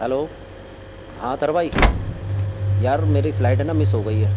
hello ہاں اطہر بھائی یار میری فلائٹ ہے نا مس ہو گئی ہے